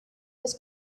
was